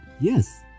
Yes